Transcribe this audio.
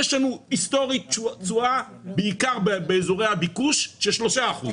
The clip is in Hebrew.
יש לנו היסטורית תשואה בעיקר באזורי הביקוש של 3 אחוז,